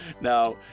now